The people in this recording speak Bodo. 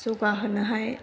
जौगाहोनोहाय